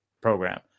program